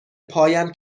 پایم